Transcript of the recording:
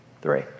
Three